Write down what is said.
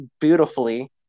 beautifully